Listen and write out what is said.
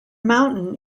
mountain